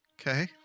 Okay